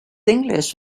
english